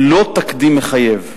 לא תקדים מחייב.